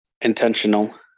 Intentional